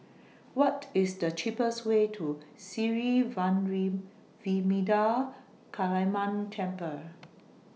What IS The cheapest Way to Sri Vairavimada Kaliamman Temple